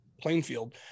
Plainfield